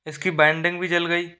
इसकी बाइनडिंग भी जल गई